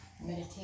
Meditate